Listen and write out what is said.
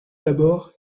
d’abord